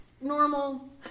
normal